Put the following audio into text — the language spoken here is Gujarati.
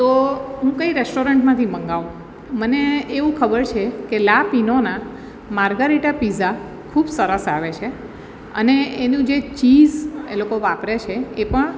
તો હું કઈ રેસ્ટોરન્ટમાંથી મગાવું મને એવું ખબર છે કે લાપીનોના મારગરેટા પીઝા ખૂબ સરસ આવે છે અને એનું જે ચીઝ એ લોકો વાપરે છે એ પણ